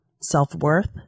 self-worth